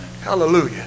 Hallelujah